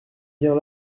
bien